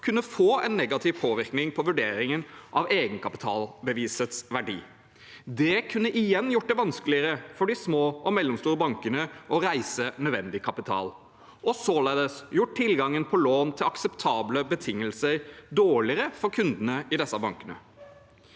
kunne få en negativ påvirkning på vurderingen av egenkapitalbevisets verdi. Det kunne igjen gjort det vanskeligere for de små og mellomstore bankene å reise nødvendig kapital og således gjort tilgangen på lån til akseptable betingelser dårligere for kundene i disse bankene.